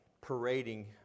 parading